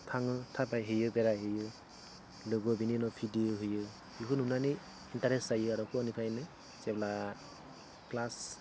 थाङो थाबायहैयो बेरायहैयो लोगो बिदिनो भिडिय' होयो बेफोरखौ नुनानै इन्टारेस्च जायो आरो सिगांनिफ्रायनो जेब्ला क्लास